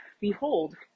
Behold